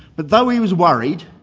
but though he was worried,